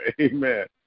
Amen